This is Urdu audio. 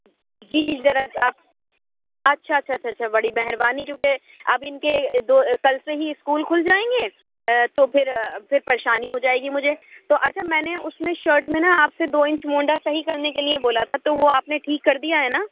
جی جی ذرا آپ اچھا اچھا اچھا اچھا بڑی مہربانی چونکہ اب اِن کے دو کل سے ہی اسکول کھل جائیں گے تو پھر پھر پریشانی ہو جائے گی مجھے تو اچھا میں نے اُس میں شرٹ میں نا آپ سے دو انچ مونڈھا صحیح کرنے کے لیے بولا تھا تو وہ آپ نے ٹھیک کر دیا ہے نا